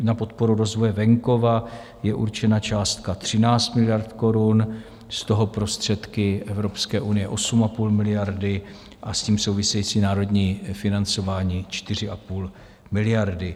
Na podporu rozvoje venkova je určena částka 13 miliard korun, z toho prostředky Evropské unie 8,5 miliardy a s tím související národní financování 4,5 miliardy.